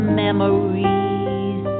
memories